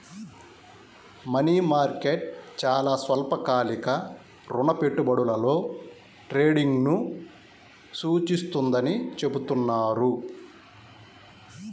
money market చాలా స్వల్పకాలిక రుణ పెట్టుబడులలో ట్రేడింగ్ను సూచిస్తుందని చెబుతున్నారు